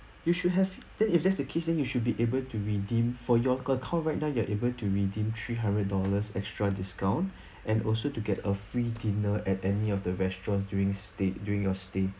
you should have then if that's the case then you should be able to redeem for call right now you are able to redeem three hundred dollars extra discount and also to get a free dinner at any of the restaurants during stay during your stay